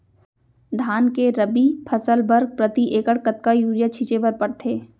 धान के रबि फसल बर प्रति एकड़ कतका यूरिया छिंचे बर पड़थे?